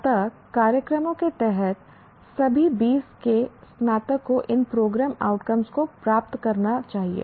स्नातक कार्यक्रमों के तहत सभी 20 के स्नातक को इन प्रोग्राम आउटकम को प्राप्त करना चाहिए